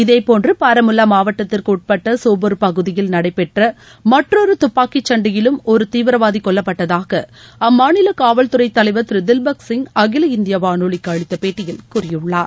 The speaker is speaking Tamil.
இதேபோன்று பாரமுல்லா மாவட்டத்திற்குட்பட்ட சோஃபோர் பகுதியில் நடைபெற்ற மற்றொரு துப்பாக்கிச் சண்டையிலும் ஒரு தீவிரவாதி கொல்லப்பட்டதாக அம்மாநில காவல்துறை தலைவர் திரு தில்பக் சிங் அகில இந்திய வானொலிக்கு அளித்த பேட்டியில் கூறியுள்ளார்